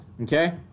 Okay